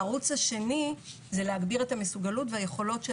הערוץ השני זה להגביר את המסוגלות והיכולות של